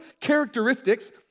characteristics